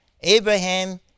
Abraham